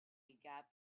gap